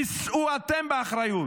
שאו אתם באחריות.